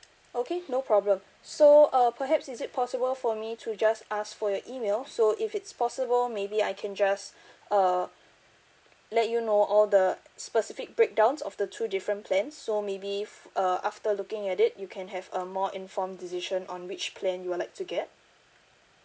okay no problem so uh perhaps is it possible for me to just ask for your email so if it's possible maybe I can just uh let you know all the specific breakdowns of the two different plans so maybe f~ uh after looking at it you can have a more informed decision on which plan you would like to get